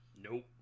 Nope